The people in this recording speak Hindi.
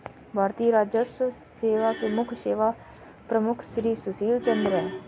भारतीय राजस्व सेवा के मुख्य सेवा प्रमुख श्री सुशील चंद्र हैं